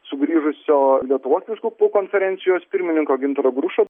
sugrįžusio lietuvos vyskupų konferencijos pirmininko gintaro grušo